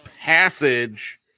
Passage